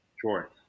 Sure